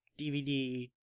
DVD